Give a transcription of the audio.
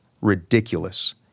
ridiculous